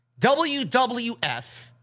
WWF